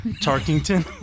Tarkington